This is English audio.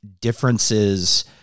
differences